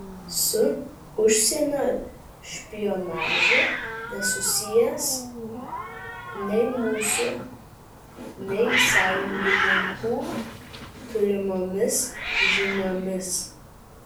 su užsienio špionažu nesusijęs nei mūsų nei sąjungininkų turimomis žiniomis